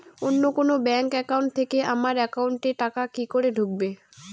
অন্য কোনো bank account থেকে আমার একাউন্ট এ টাকা কি করে ঢুকবে?